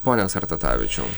pone sertatavičiau